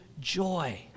joy